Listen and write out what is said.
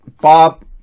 Bob